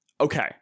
Okay